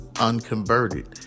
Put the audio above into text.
Unconverted